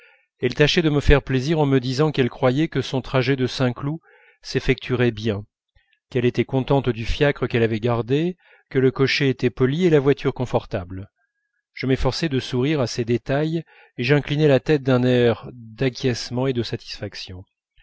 elle tâchait de me faire plaisir en me disant qu'elle croyait que son trajet de saint-cloud s'effectuerait bien qu'elle était contente du fiacre qu'elle avait gardé que le cocher était poli et la voiture confortable je m'efforçais de sourire à ces détails et j'inclinais la tête d'un air d'acquiescement et de satisfaction